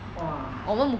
!wah!